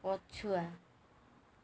ପଛୁଆ